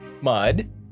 Mud